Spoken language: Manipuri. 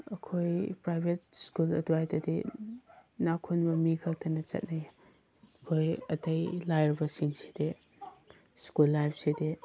ꯑꯩꯈꯣꯏ ꯄ꯭ꯔꯥꯏꯕꯦꯠ ꯁ꯭ꯀꯨꯜ ꯑꯗ꯭ꯋꯥꯏꯗꯗꯤ ꯏꯅꯥꯛ ꯈꯨꯟꯕ ꯃꯤꯈꯛꯇꯅ ꯆꯠꯂꯤ ꯑꯩꯈꯣꯏ ꯑꯇꯩ ꯂꯥꯏꯔꯕꯁꯤꯡꯁꯤꯗꯤ ꯁ꯭ꯀꯨꯜ ꯍꯥꯏꯕꯁꯤꯗꯤ